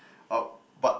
oh but